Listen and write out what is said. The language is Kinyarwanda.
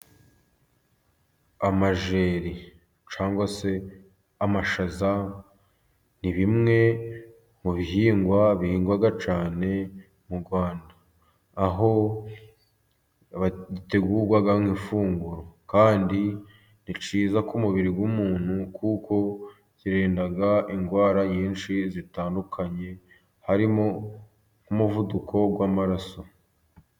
Amajeri cyangwa se amashaza, ni bimwe mu bihingwa bihindwa cyane mu Rwanda. Aho gitegurwaga nk'ifunguro, kandi ni cyiza ku mubiri w'umuntu, kuko kirinda indwara nyinshi zitandukanye, harimo nk'umuvuduko w'amaraso.